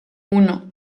uno